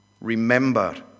Remember